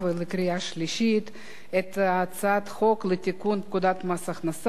שלישית את הצעת חוק לתיקון פקודת מס הכנסה (מס'